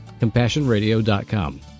CompassionRadio.com